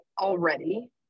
already